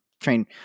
train